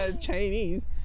Chinese